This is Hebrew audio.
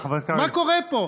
מה קורה פה?